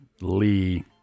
Lee